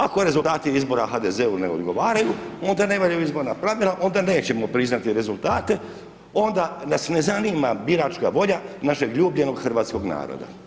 Ako rezultati izbora HDZ-u ne odgovaraju, onda ne valjaju izborna pravila, onda nećemo priznati rezultate, onda nas ne zanima biračka volja našeg ljubljenog hrvatskog naroda.